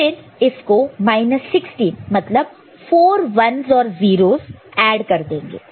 फिर इसको 16 मतलब 4 1's और 0's ऐड कर देंगे